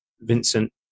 Vincent